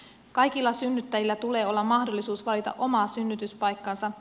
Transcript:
kaikilla synnyttäjillä tulee olla mahdollisuus valita oma synnytyspaikkansa